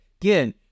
Again